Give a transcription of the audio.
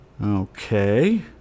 Okay